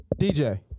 DJ